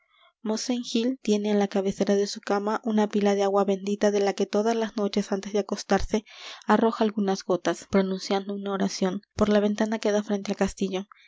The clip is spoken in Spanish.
mosén gil tiene á la cabecera de su cama una pila de agua bendita de la que todas las noches antes de acostarse arroja algunas gotas pronunciando una oración por la ventana que da frente al castillo